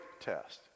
test